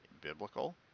biblical